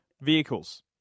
Vehicles